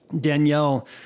Danielle